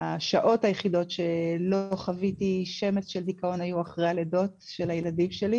השעות היחידות שלא חוויתי שמץ של דיכאון היו אחרי הלידות של הילדים שלי.